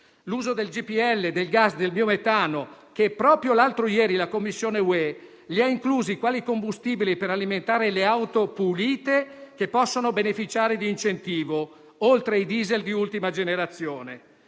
l'uso del GPL, del gas, del biometano, che proprio l'altro ieri la Commissione europea ha incluso quali combustibili per alimentare le auto pulite che possono beneficiare di incentivo, oltre ai diesel di ultima generazione.